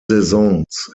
saisons